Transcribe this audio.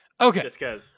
Okay